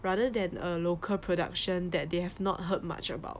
rather than a local production that they have not heard much about